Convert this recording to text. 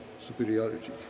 superiority